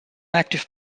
active